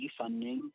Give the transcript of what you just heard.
defunding